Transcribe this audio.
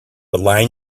align